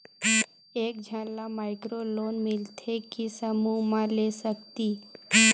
एक झन ला माइक्रो लोन मिलथे कि समूह मा ले सकती?